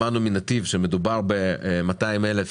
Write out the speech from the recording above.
שמענו מנתיב שמדובר ב-200,000